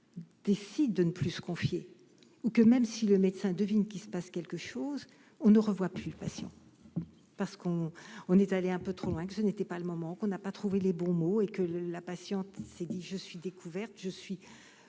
filles de ne plus confier ou que, même si le médecin devine qu'il se passe quelque chose, on ne revoit plus patient, parce qu'on on est allé un peu trop loin, que ce n'était pas le moment qu'on n'a pas trouvé les bons mots et que la patiente s'est dit je suis découverte, je suis